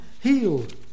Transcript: healed